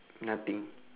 nothing